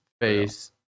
face